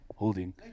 holding